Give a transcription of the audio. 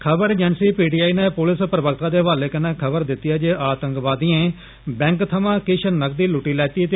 खबर agency P T I नै police प्रवक्ता दे हवाले कन्नै खबर दित्ती ऐ जे आतंकवादिए बैंक थवां किश नकदी लुट्टी लैतीं